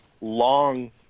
long